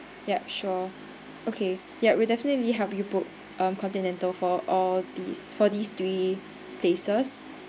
ya sure okay ya we'll definitely help you book uh continental for all these for these three places